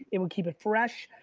it would keep it fresh.